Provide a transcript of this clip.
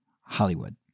Hollywood